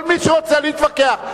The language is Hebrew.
כל מי שרוצה להתווכח,